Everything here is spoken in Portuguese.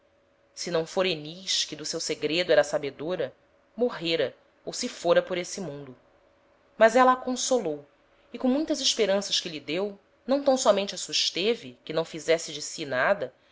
se não fôra enis que do seu segredo era sabedora morrêra ou se fôra por esse mundo mas éla a consolou e com muitas esperanças que lhe deu não tam sómente a susteve que não fizesse de si nada